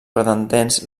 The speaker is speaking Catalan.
pretendents